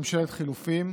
(תיקון, ממשלת חילופים),